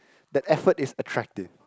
the effort is attractive